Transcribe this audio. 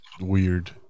weird